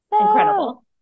Incredible